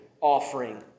offering